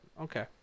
okay